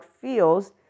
feels